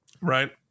Right